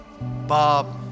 Bob